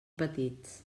petits